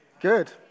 Good